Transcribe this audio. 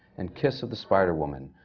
and kiss of the spider woman,